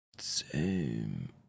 Zoom